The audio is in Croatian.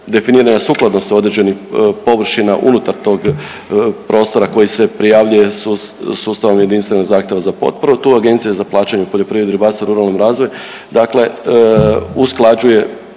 definiranja sukladnosti određenih površina unutar tog prostora koji se prijavljuje sus…, sustavom jedinstvenog zahtjeva za potporu tu Agencija za plaćanje u poljoprivredi, ribarstvu i ruralnom razvoju dakle